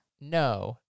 No